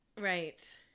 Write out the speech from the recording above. Right